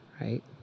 right